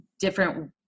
different